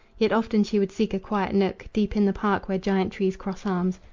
yet often she would seek a quiet nook deep in the park, where giant trees cross arms,